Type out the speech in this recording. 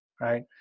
right